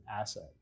asset